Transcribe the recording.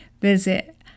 visit